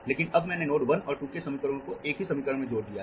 लेकिन अब मैंने नोड 1 और 2 के समीकरणों को एक ही समीकरण में जोड़ दिया है